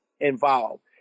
involved